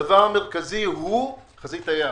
הדבר המרכזי הוא חזית הים.